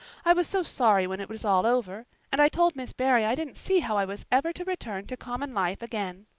i was so sorry when it was all over, and i told miss barry i didn't see how i was ever to return to common life again.